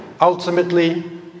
ultimately